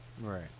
Right